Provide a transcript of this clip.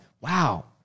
wow